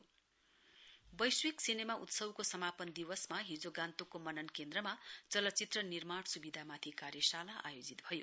global cinema festival वैश्विक सिनेमा उत्सवको समापन दिवसमा हिजो गान्तोकको मनन केन्द्रमा चलचित्र निर्माण सुविधामाथि कार्यशाला आयोजित भयो